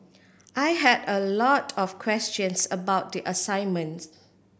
I had a lot of questions about the assignments